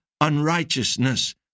unrighteousness